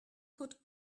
could